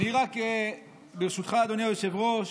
אני רק, ברשותך, אדוני היושב-ראש,